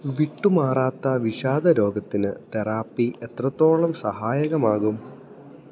വിട്ടുമാറാത്ത വിഷാദരോഗത്തിന് തെറാപ്പി എത്രത്തോളം സഹായകമാകും